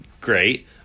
great